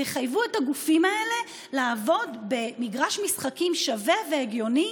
ויחייבו את הגופים האלה לעבוד במגרש משחקים שווה והגיוני